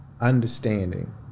understanding